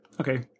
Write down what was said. Okay